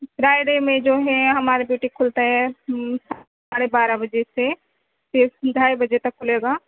Friday میں جو ہے ہمارے بوٹیک کھلتا ہے ساڑھے بارہ بجے سے صرف ڈھائی بجے تک کھلے گا